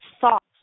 thoughts